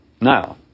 Now